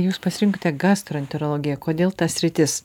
jūs pasirinkote gastroenterologiją kodėl ta sritis